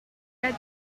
had